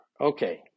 Okay